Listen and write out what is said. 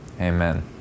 Amen